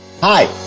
Hi